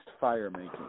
fire-making